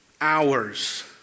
hours